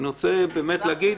אני רוצה להגיד,